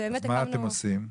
אם כן, מה אתם עושים?